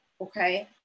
okay